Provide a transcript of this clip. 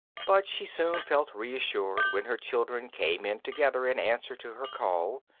but she soon felt reassured when her children came in together in answer to her call.